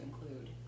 include